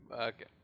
Okay